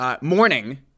morning